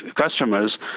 customers